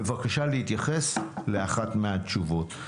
בבקשה להתייחס לאחת מהשאלות.